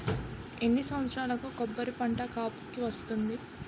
ఎన్ని సంవత్సరాలకు కొబ్బరి పంట కాపుకి వస్తుంది?